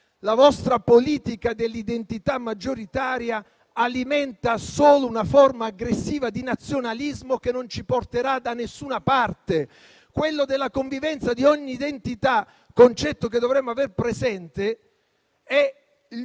La vostra politica dell'identità maggioritaria alimenta solo una forma aggressiva di nazionalismo che non ci porterà da nessuna parte. Quello della convivenza di ogni identità - concetto che dovremmo aver presente - è il